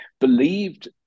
believed